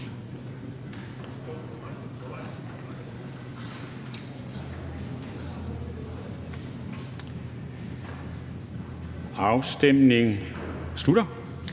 Afstemningen slutter.